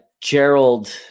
Gerald